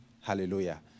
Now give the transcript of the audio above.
Hallelujah